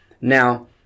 Now